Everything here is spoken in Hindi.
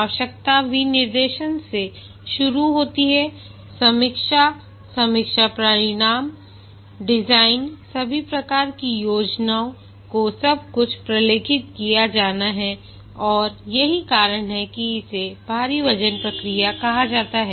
आवश्यकता विनिर्देशन से शुरू होती है समीक्षा समीक्षा परिणाम डिजाइन सभी प्रकार की योजनाओं को सब कुछ प्रलेखित किया जाना है और यही कारण है कि इन्हें भारी वजन प्रक्रिया कहा जाता है